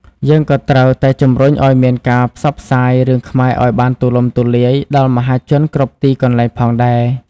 យើងក៏ត្រូវតែជំរុញឲ្យមានការផ្សព្វផ្សាយរឿងខ្មែរឲ្យបានទូលំទូលាយដល់មហាជនគ្រប់ទីកន្លែងផងដែរ។